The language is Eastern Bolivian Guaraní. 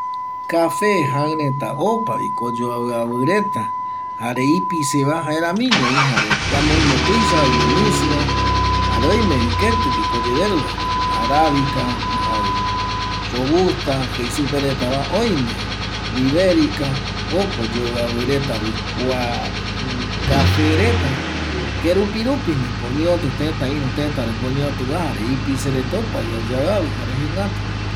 Kafe jaƚ reta opavikomoyoaviavi reta jare ipiseva jaeramiñovi amo oime tuisava, oime misiva jare oimevi ketƚguiko oyereruvano arabika, robusta jei supe retava oime hiberika opa oyoaviavi retavi kua kafe reta kerupi rupi ndipo oñeatƚ tëta iru tëta rupi oñeotƚva jare ipise reta opavim oyoaviavi jare jegatuvi